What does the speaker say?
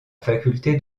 faculté